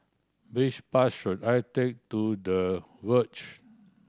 which bus should I take to The Verge